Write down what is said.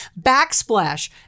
backsplash